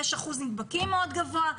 יש אחוז נדבקים מאוד גבוה,